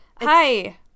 Hi